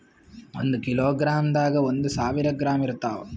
ಒಂದ್ ಕಿಲೋಗ್ರಾಂದಾಗ ಒಂದು ಸಾವಿರ ಗ್ರಾಂ ಇರತಾವ